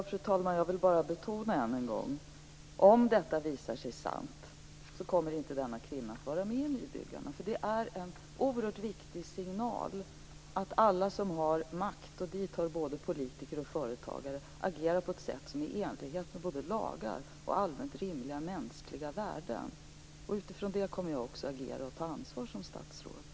Fru talman! Jag vill bara betona än en gång: Om detta visar sig vara sant kommer denna kvinna inte att vara med i Nybyggarna. Det är en oerhört viktig signal att alla som har makt - och dit hör både politiker och företagare - agerar på ett sätt som är i enlighet med både lagar och allmänt rimliga mänskliga värden. Utifrån detta kommer jag som statsråd också att agera och ta ansvar.